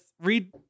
read